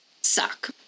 suck